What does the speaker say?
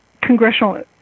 congressional